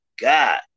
God